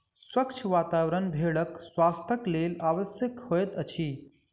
स्वच्छ वातावरण भेड़क स्वास्थ्यक लेल आवश्यक होइत अछि